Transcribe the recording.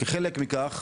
כחלק מכך,